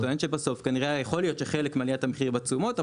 אני טוען שיכול להיות שחלק מעליית המחיר בתשומות,